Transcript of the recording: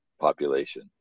population